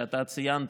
שאתה ציינת,